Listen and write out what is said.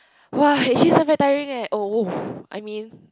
!wah! actually this one very tiring oh !woo! I mean